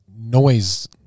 noise